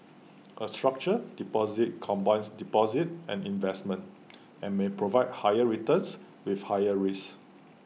A structured deposit combines deposits and investments and may provide higher returns with higher risks